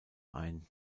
ein